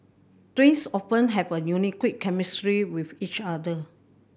twins often have a unique chemistry with each other